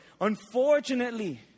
Unfortunately